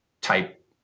type